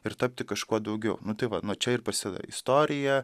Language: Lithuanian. ir tapti kažkuo daugiau nu tai va nuo čia ir pasideda istorija